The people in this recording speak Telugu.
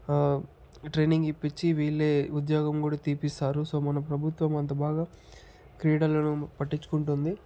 ట్రైనింగ్ ఇప్పించి వీళ్ళే ఉద్యోగం కూడా తీపిస్తారు సో మన ప్రభుత్వం అంత బాగా క్రీడలను పట్టించుకుంటుంది